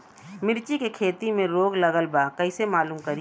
मिर्ची के खेती में रोग लगल बा कईसे मालूम करि?